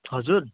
हजुर